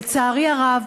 לצערי הרב,